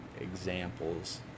examples